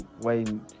waiting